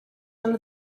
end